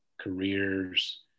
careers